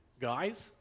Guys